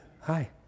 Hi